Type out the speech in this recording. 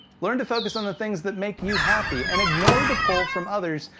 learn to focus on the things that make you happy, and ignore the pull from others,